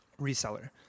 reseller